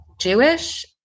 jewish